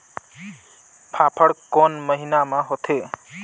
फाफण कोन महीना म होथे?